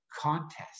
contest